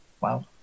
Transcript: wow